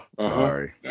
Sorry